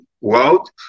world